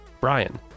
Brian